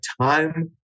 time